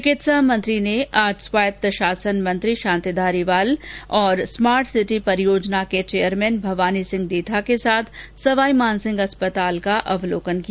चिकित्सा मंत्री ने आज स्वायत्त शासन मंत्री शांतिलाल धारीवाल और स्मार्ट सिटी परियोजना के चेयरमेन भवानी सिंह देथा के साथ सवाई मानसिंह अस्पताल का दौरा किया